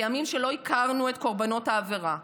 בימים שלא הכרנו את קורבנות העבירה.